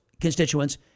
constituents